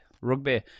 Rugby